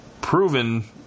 proven